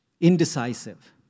Indecisive